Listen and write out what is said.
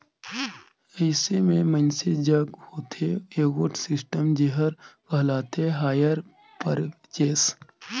अइसे में मइनसे जग होथे एगोट सिस्टम जेहर कहलाथे हायर परचेस